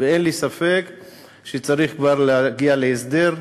ואין לי ספק שצריך כבר להגיע להסדר.